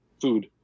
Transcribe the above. food